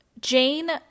Jane